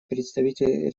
представитель